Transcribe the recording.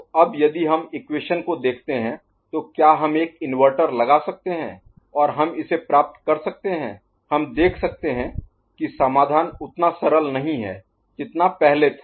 तो अब यदि हम इक्वेशन को देखते हैं तो क्या हम एक इन्वर्टर लगा सकते हैं और हम इसे प्राप्त कर सकते हैं हम देख सकते हैं कि समाधान उतना सरल नहीं है जितना पहले था